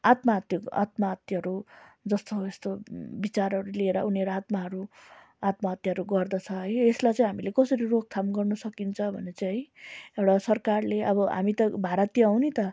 आत्महत्या आत्महत्याहरू जस्तो यस्तो विचारहरू लिएर उनीहरू आत्महरू आत्महत्याहरू गर्दछ है यसलाई चाहिँ हामीले कसरी रोकथाम गर्नु सकिन्छ भने चाहिँ है एउटा सरकारले अब हामी त भारतीय हौँ नि त